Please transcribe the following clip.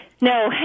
No